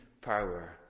power